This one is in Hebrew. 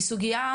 היא סוגייה,